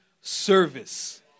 service